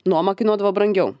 nuoma kainuodavo brangiau